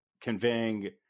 conveying